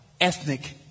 ethnic